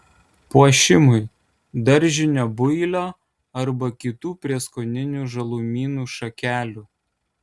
puošimui daržinio builio arba kitų prieskoninių žalumynų šakelių